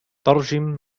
ترجم